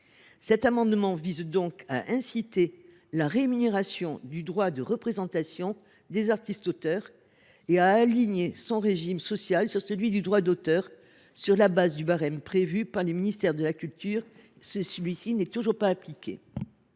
Cet amendement vise donc à favoriser la rémunération du droit de représentation des artistes auteurs et à aligner son régime social sur celui du droit d’auteur sur la base du barème prévu par le ministère de la culture, même si celui ci n’est toujours pas appliqué.